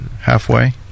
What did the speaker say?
halfway